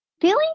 feeling